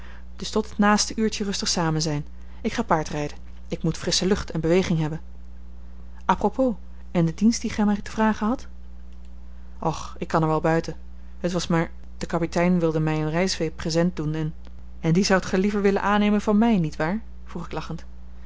dus tot het naaste uurtje rustig samenzijn ik ga paardrijden ik moet frissche lucht en beweging hebben apropos en de dienst dien gij mij te vragen hadt och ik kan er wel buiten het was maar de kapitein wilde mij een rijzweep present doen en en die zoudt gij liever willen aannemen van mij niet waar vroeg ik lachend